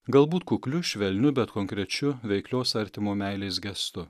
galbūt kukliu švelniu bet konkrečiu veiklios artimo meilės gestu